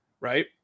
Right